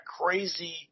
crazy